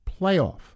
playoff